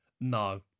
No